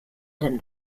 den